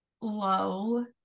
low